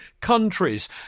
countries